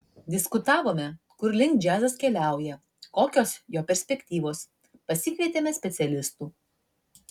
diskutavome kur link džiazas keliauja kokios jo perspektyvos pasikvietėme specialistų